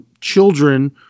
children